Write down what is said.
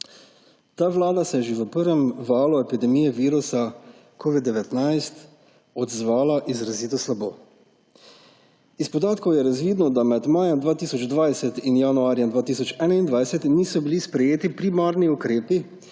Ta vlada se je že v prvem valu epidemije virusa covida-19 odzvala izrazito slabo. Iz podatkov je razvidno, da med majem 2020 in januarjem 2021 niso bili sprejeti primarni ukrepi